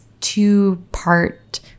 two-part